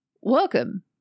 Welcome